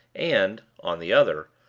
and, on the other,